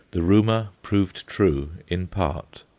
the rumour proved true in part.